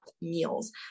meals